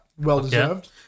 well-deserved